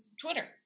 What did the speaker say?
Twitter